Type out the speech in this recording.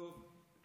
טוב.